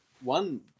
one